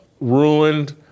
ruined